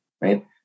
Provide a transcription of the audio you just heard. right